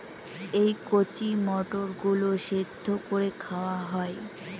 এই কচি মটর গুলো সেদ্ধ করে খাওয়া হয়